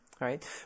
right